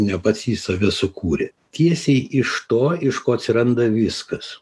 ne pats jis save sukūrė tiesiai iš to iš ko atsiranda viskas